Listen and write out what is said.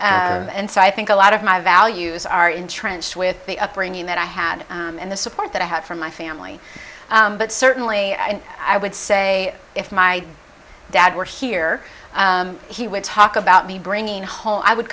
this and so i think a lot of my values are entrenched with the upbringing that i had and the support that i had from my family but certainly i would say if my dad were here he would talk about me bringing home i would